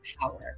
power